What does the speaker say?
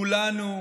כולנו,